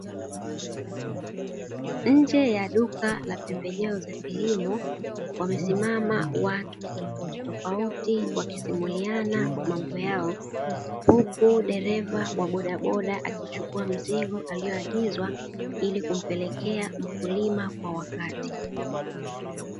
Nje ya duka la pembejeo za kilimo wamesimama watu tofautitofauti wakisimuliana mambo yao. Huku dereva wa bodaboda akichukua mzigo aliyoagizwa ili kumpelekea mkulima kwa wakati.